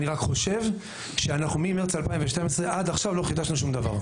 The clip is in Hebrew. אני רק חושב שאנחנו ממרץ 2012 עד עכשיו לא חידשנו שום דבר.